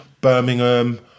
Birmingham